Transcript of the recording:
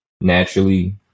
naturally